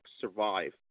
survive